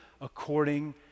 according